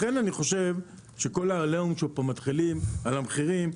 לכן אני חושב שה"עליהום" שמתחיל פה על המחירים,